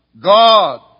God